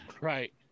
Right